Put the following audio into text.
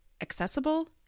accessible